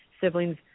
Siblings